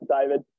David